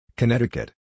Connecticut